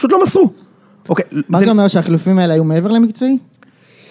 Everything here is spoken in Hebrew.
‫פשוט לא מסרו. אוקיי. ‫מה זה אומר שהחלופים האלה ‫היו מעבר למקצועי?